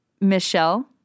Michelle